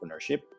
entrepreneurship